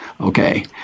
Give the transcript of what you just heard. okay